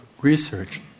research